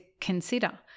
consider